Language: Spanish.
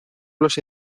los